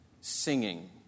singing